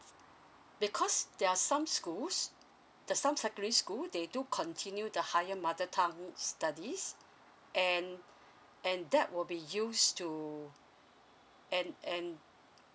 because there are some schools the some secondary school they do continue the higher mother tongue studies and and that will be used to and and